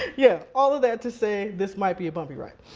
yeah, all of that to say this might be a bumpy ride.